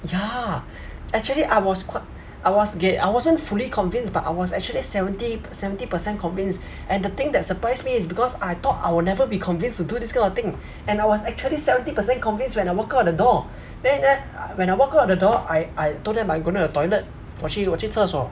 ya actually I was qui~ I was okay I wasn't fully convinced but I was actually seventy seventy percent convinced and the thing that surprised me is because I thought I will never be convinced to do this kind of thing and I was actually seventy percent convinced when I walk out the door the~ then when I walk out the door I I told them I going to the toilet 我去我去厕所